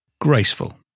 Graceful